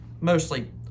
mostly